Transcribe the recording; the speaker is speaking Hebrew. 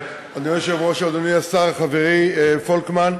אדוני היושב-ראש, אדוני השר, חברי פולקמן,